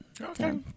Okay